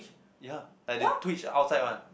ya like they twist outside one